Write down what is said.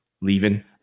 leaving